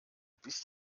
bist